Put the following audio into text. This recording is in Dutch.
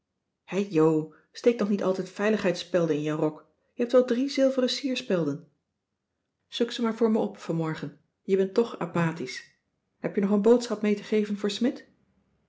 hè jo steek toch niet altijd veiligheidsspelden in je rok je hebt wel drie zilveren sierspelden zoek ze maar voor me op vanmorgen je bent toch apathisch heb je nog een boodschap mee te geven voor smidt